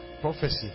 prophecy